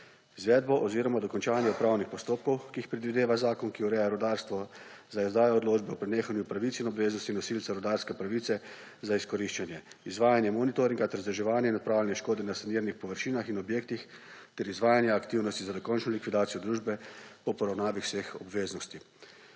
izvedbo oziroma dokončanje upravnih postopkov, ki jih predvideva zakon, ki ureja rudarstvo, za izdajo odločbe o prenehanju pravic in obveznosti nosilca rudarske pravice za izkoriščanje; izvajanje monitoringa ter vzdrževanje in odpravljanje škode na sanitarnih površinah in objektih ter izvajanje aktivnosti za dokončno likvidacijo družbe po poravnavi vseh obveznosti.